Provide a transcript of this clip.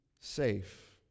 safe